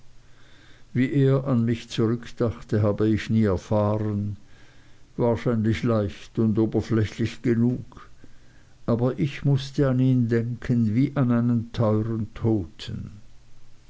wie er an mich zurückdachte habe ich nie erfahren wahrscheinlich leicht und oberflächlich genug aber ich mußte an ihn denken wie an einen teuern toten